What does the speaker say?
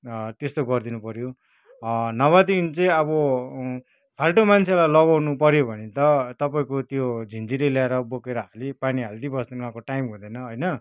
त्यस्तो गर्नुदिनुपऱ्यो नभएदेखि चाहिँ अब फाल्टो मान्छेलाई लगाउनु पऱ्यो भने त तपाईँको त्यो झिन्जिरी ल्याएर बोकेर हाली पानी हालिदिइबस्ने उनीहरूको टाइम हुँदैन होइन